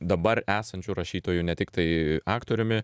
dabar esančiu rašytoju ne tiktai aktoriumi